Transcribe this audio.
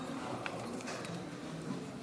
אזולאי,